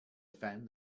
defend